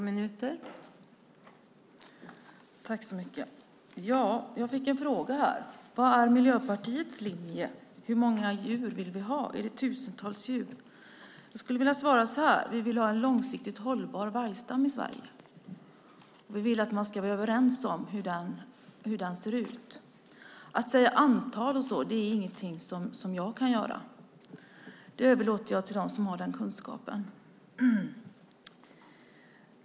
Fru talman! Jag fick en fråga om vad Miljöpartiets linje är och hur många djur vi vill ha. Är det tusentals djur? Jag skulle vilja svara så här: Vi vill ha en långsiktigt hållbar vargstam i Sverige. Vi vill att man ska vara överens om hur den ser ut. Att säga ett antal är inget jag kan göra, utan det överlåter jag till dem som har den kunskapen.